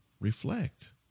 reflect